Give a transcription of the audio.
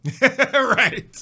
Right